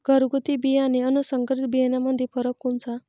घरगुती बियाणे अन संकरीत बियाणामंदी फरक कोनचा?